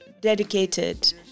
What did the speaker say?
dedicated